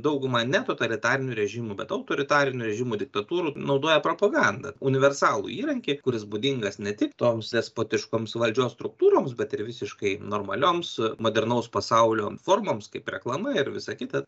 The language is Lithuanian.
dauguma ne totalitarinių režimų bet autoritarinių režimų diktatūrų naudoja propagandą universalų įrankį kuris būdingas ne tik toms despotiškoms valdžios struktūroms bet ir visiškai normalioms modernaus pasaulio formoms kaip reklama ir visa kita